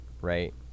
right